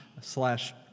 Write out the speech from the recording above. slash